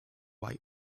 white